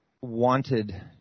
wanted